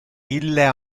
ille